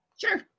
Sure